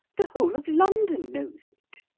the whole of london knows it.